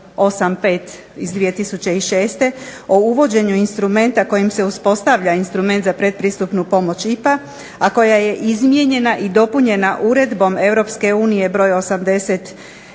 iz 2006. o uvođenju instrumenta kojim se uspostavlja instrument za pretpristupnu pomoć IPA, a koja je izmijenjena i dopunjena uredbom EU br. 80